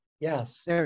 Yes